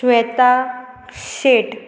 Shweta Shet